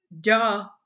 duh